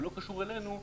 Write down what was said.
ולא קשור אלינו,